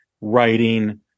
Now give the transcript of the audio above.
writing